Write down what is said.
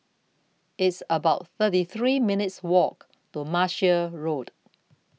It's about thirty three minutes' Walk to Martia Road